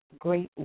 great